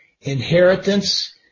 inheritance